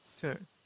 turn